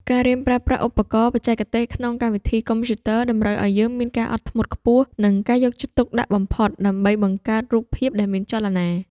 ការរៀនប្រើប្រាស់ឧបករណ៍បច្ចេកទេសក្នុងកម្មវិធីកុំព្យូទ័រតម្រូវឱ្យយើងមានការអត់ធ្មត់ខ្ពស់ និង ការយកចិត្តទុកដាក់បំផុតដើម្បីបង្កើតរូបភាពដែលមានចលនា។